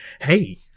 Hey